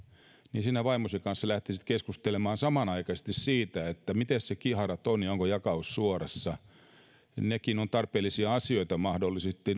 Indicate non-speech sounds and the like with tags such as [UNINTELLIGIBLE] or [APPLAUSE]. ja sinä vaimosi kanssa lähtisit keskustelemaan samanaikaisesti siitä miten kiharat ovat ja onko jakaus suorassa nämä ulkonäölliset seikatkin ovat tarpeellisia asioita mahdollisesti [UNINTELLIGIBLE]